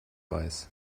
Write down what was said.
weiß